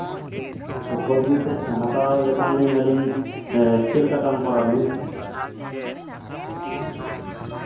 ᱛᱚ ᱯᱷᱳᱨᱡᱤ ᱥᱮᱴ ᱦᱟᱛᱟᱣ ᱞᱮᱠᱷᱟᱱᱞᱤᱧ ᱟᱞᱤᱧ ᱪᱮᱫᱞᱮᱠᱟ ᱫᱟᱢ ᱯᱟᱲᱟᱣᱟᱞᱤᱧᱟ